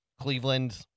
Cleveland